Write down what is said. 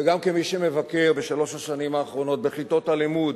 וגם כמי שמבקר בשלוש השנים האחרונות בכיתות הלימוד